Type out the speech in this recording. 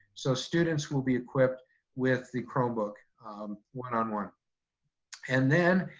so students will be equipped with the chromebook one-on-one. and then,